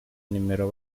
numero